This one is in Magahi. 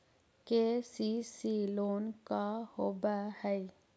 के.सी.सी लोन का होब हइ?